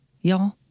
y'all